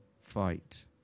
fight